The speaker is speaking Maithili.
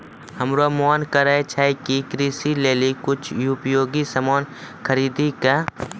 हमरो मोन करै छै कि कृषि लेली कुछ उपयोगी सामान खरीदै कै